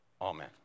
amen